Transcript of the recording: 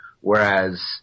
Whereas